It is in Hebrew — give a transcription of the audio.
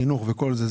חינוך וכל זה,